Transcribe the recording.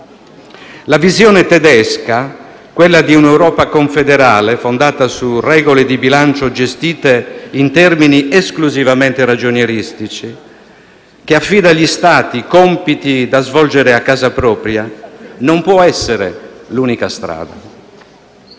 La visione tedesca, quella di un Europa confederale, fondata su regole di bilancio gestite in termini esclusivamente ragionieristici, che affida agli Stati i compiti da svolgere a casa propria, non può essere l'unica strada.